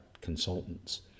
consultants